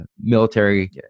military